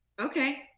Okay